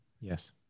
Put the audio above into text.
Yes